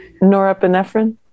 Norepinephrine